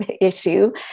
issue